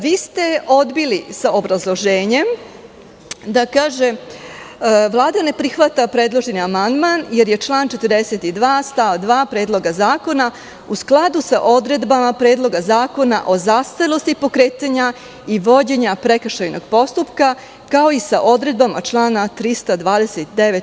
Vi ste odbili sa obrazloženjem gde kaže – Vlada ne prihvata predloženi amandman jer je član 42. stav 2. Predloga zakona u skladu sa odredbama Predloga zakona o zastarelosti pokretanja i vođenja prekršajnog postupka, kao i sa odredbama člana 329.